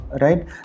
right